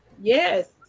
Yes